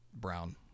brown